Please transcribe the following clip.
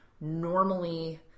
Normally